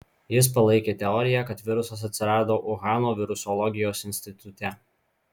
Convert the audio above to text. jis palaikė teoriją kad virusas atsirado uhano virusologijos institute